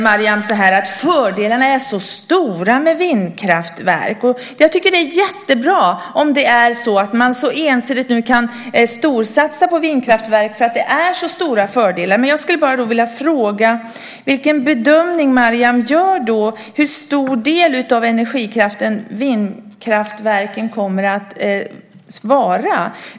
Mariam säger att fördelarna med vindkraftverk är stora. Jag tycker att det är jättebra om man nu ensidigt kan storsatsa på vindkraftverk, för det finns stora fördelar. Jag skulle emellertid vilja fråga vilken bedömning Mariam gör beträffande hur stor del av energikraften vindkraften kommer att utgöra.